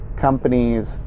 companies